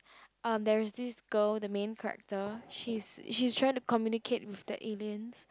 um there is this girl the main character she is she is trying to communicate with the aliens